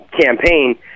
campaign